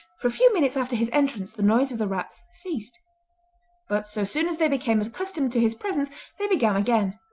for a few minutes after his entrance the noise of the rats ceased but so soon as they became accustomed to his presence they began again.